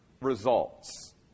results